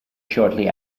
shortly